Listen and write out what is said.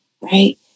Right